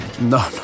no